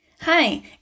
Hi